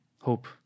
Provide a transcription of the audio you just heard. hope